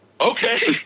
okay